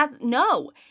No